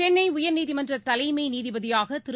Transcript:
சென்னை உயர்நீதிமன்ற தலைமை நீதிபதியாக திரு